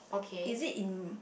is it in